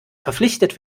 verpflichtet